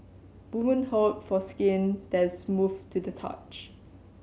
woman hope for skin that is smooth to the touch